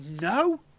no